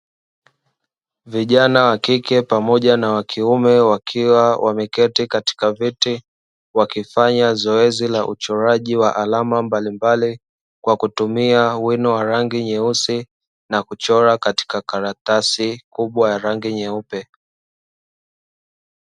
Vijana wa kike pamoja na wa kiume wakiwa wameketi katika vyeti wakifanya zoezi la uchoraji wa alama mbalimbali kwa kutumia wino wa rangi nyeusi na kuchora katika karatasi kubwa ya rangi nyeupe.